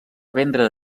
vendre